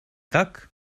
tak